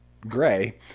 Gray